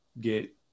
get